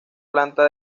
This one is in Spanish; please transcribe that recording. planta